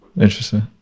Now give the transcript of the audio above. interesting